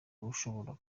ushobora